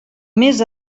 més